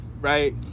right